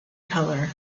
color